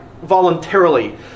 voluntarily